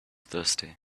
thirsty